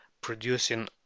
producing